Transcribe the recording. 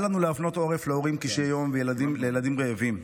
אל לנו להפנות עורף להורים קשיי יום ולילדים רעבים.